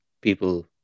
people